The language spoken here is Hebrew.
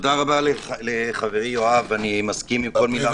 תודה רבה לחברי יואב, אני מסכים עם כל מילה שלו.